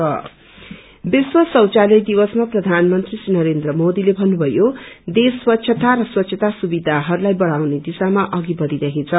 स्वच्छता पीएम विश्व शौचालय दिवसमा प्रधानमन्त्री श्री नरेन्द्र मोदीले भन्नुभयो देश स्वच्छता र स्वच्छता सुविधाहरूलाई बढ़ाउने दिशामा अघि बढ़ी रहेछ